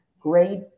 great